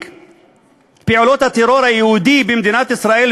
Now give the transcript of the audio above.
את פעולות הטרור היהודי במדינת ישראל,